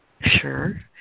sure